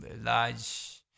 large